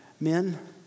Men